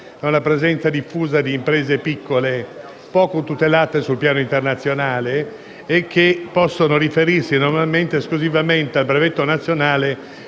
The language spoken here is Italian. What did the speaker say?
dalla presenza diffusa di imprese piccole, poco tutelate sul piano internazionale e che possono riferirsi normalmente esclusivamente al brevetto interno